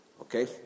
okay